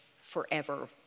forever